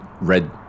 red